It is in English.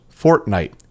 Fortnite